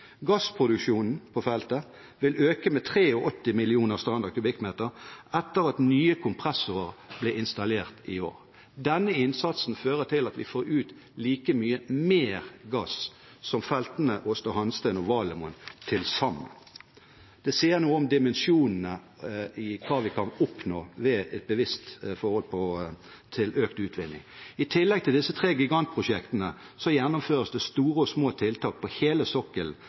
etter at nye kompressorer ble installert i år. Denne innsatsen fører til at vi får ut like mye mer gass som av feltene Aasta Hansteen og Valemon til sammen. Det sier noe om dimensjonene i hva vi kan oppnå ved et bevisst forhold til økt utvinning. I tillegg til disse tre gigantprosjektene gjennomføres det store og små tiltak på hele sokkelen,